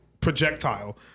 projectile